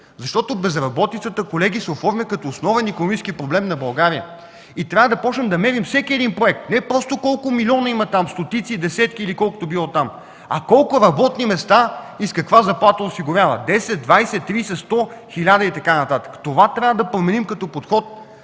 Защото безработицата, колеги, се оформя като основен икономически проблем на България и трябва да започнем да мерим всеки един проект, не просто колко милиона има там – десетки, стотици или колкото било там, а колко работни места и каква заплата осигуряват – 10, 20, 30, 100, 1000 и така нататък. Това трябва да променим като подход